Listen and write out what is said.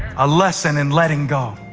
a lesson in letting go.